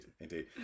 indeed